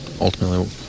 ultimately